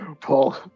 Paul